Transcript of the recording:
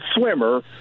swimmer